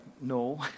no